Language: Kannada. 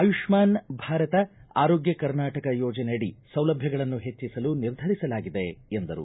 ಆಯುಷ್ಠಾನ್ ಭಾರತ ಆರೋಗ್ಯ ಕರ್ನಾಟಕ ಯೋಜನೆಯಡಿ ಸೌಲಭ್ಯಗಳನ್ನು ಹೆಚ್ಚಸಲು ನಿರ್ಧರಿಸಲಾಗಿದೆ ಎಂದರು